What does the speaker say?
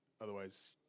otherwise